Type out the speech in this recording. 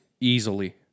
Easily